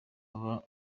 aba